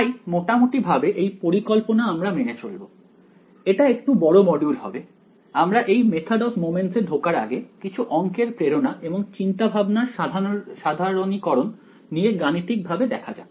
তাই মোটামুটি ভাবে এই পরিকল্পনা আমরা মেনে চলব এটা একটু বড় মডিউল হবে আমরা এই মেথড অফ মোমেন্টস এ ঢোকার আগে কিছু অংকের প্রেরণা এবং চিন্তাভাবনার সাধারণীকরণ নিয়ে গাণিতিক ভাবে দেখা যাক